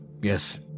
Yes